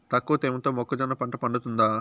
తక్కువ తేమతో మొక్కజొన్న పంట పండుతుందా?